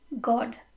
God